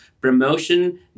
promotion